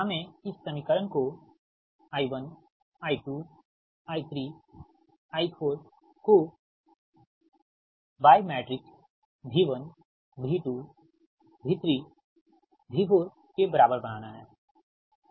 हमें इस समीकरण को I1I2I3I4 को Y मैट्रिक्स V1V2V3V4 के बराबर बनाना है ठीक है